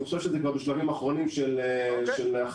זה בשלבים אחרונים של הכנה,